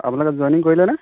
আপোনালোকে জইনিং কৰিলেনে